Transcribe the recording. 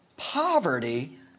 Poverty